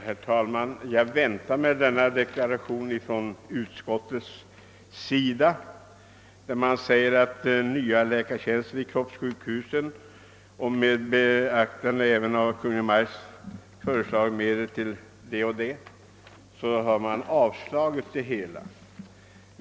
Herr talman! Jag väntade mig att få höra denna deklaration från utskottet, där man motiverar sitt avslagsyrkande på min motion med att hänvisa till Kungl. Maj:ts förslag och behovet att iaktta återhållsamhet beträffande nya läkartjänster vid kroppssjukhus.